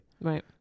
Right